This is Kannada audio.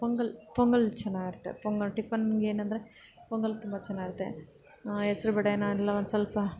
ಪೊಂಗಲ್ ಪೊಂಗಲ್ ಚೆನ್ನಾಗಿರುತ್ತೆ ಪೊಂಗಲ್ ಟಿಫನ್ಗೇನೆಂದ್ರೆ ಪೊಂಗಲ್ ತುಂಬ ಚೆನ್ನಾಗಿರುತ್ತೆ ಹೆಸ್ರುಬೇಳೆನ ಎಲ್ಲ ಒಂದ್ಸಲ್ಪ